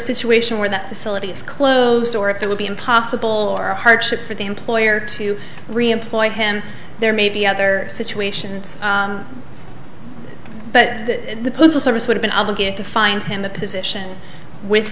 situation where that the syllabi is closed or if it would be impossible or a hardship for the employer to reemploy him there may be other situations but the postal service would have been obligated to find him a position w